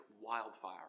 wildfire